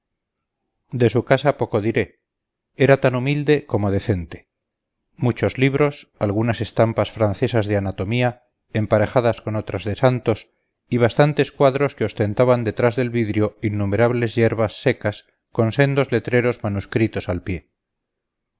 de su casa poco diré era tan humilde como decente muchos libros algunas estampas francesas de anatomía emparejadas con otras de santos y bastantes cuadros que ostentaban detrás del vidrio innumerables yerbas secas con sendos letreros manuscritos al pie